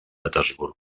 petersburg